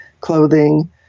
clothing